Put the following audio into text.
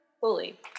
fully